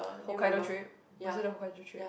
Hokkaido trip was it the Hokkaido trip